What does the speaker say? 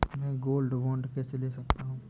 मैं gold bond कैसे ले सकता हूँ?